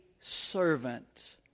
servant